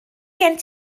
gen